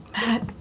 Matt